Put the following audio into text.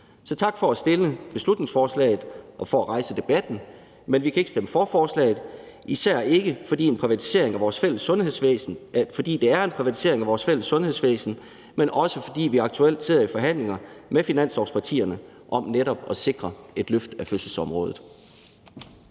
tak for at have fremsat beslutningsforslaget og for at have rejst debatten, men vi kan ikke stemme for forslaget, især ikke, fordi det er en privatisering af vores fælles sundhedsvæsen, men også fordi vi aktuelt sidder i forhandlinger med finanslovspartierne om netop at sikre et løft af fødselsområdet.